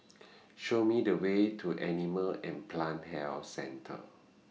Show Me The Way to Animal and Plant Health Centre